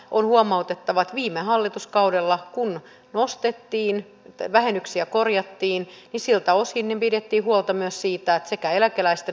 on lomautettavat viime hallituskaudella kun nostettiin vähennyksiä korjattiin siltä osin pidettiin huolta myös siitä sekä eläkeläisten